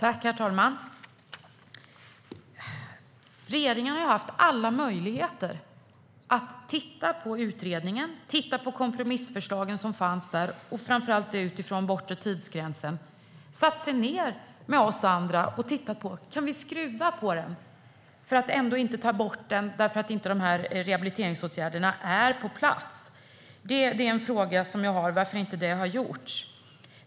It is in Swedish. Herr talman! Regeringen har ju haft alla möjligheter att titta på utredningen och på kompromissförslagen, framför allt utifrån den bortre tidsgränsen, och satt sig ned med oss andra för att se om man kan skruva på den för att inte ta bort den helt därför att rehabiliteringsåtgärderna inte är på plats. Det är en fråga som jag har, varför det inte har gjorts.